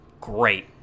great